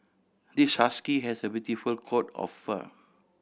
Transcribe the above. this husky has a beautiful coat of fur